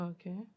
Okay